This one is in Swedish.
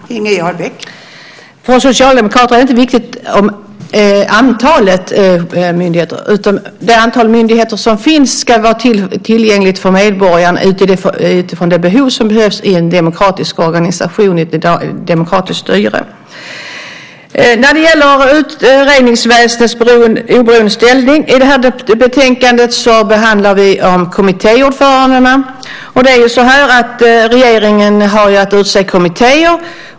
Fru talman! För oss socialdemokrater är inte antalet myndigheter viktigt. Det antal myndigheter som finns ska vara tillgängliga för medborgarna utifrån de behov som finns i en demokratisk organisation, i ett demokratiskt styre. När det gäller utredningsväsendets oberoende ställning behandlar vi i det här betänkandet kommittéordförandena. Regeringen har ju att utse kommittéer.